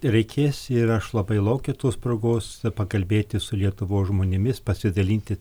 reikės ir aš labai laukiu tos progos pakalbėti su lietuvos žmonėmis pasidalinti